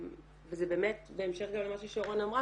וזה באמת בהמשך גם למה ששרון אמרה,